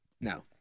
No